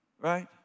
Right